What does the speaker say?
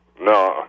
No